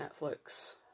Netflix